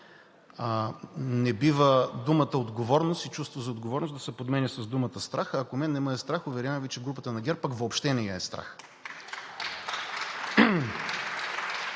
Не бива думите „отговорност“ и „чувство за отговорност“ да се подменят с думата „страх“. Ако мен не ме е страх, уверявам Ви, че групата на ГЕРБ пък въобще не я е страх.